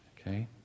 okay